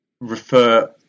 refer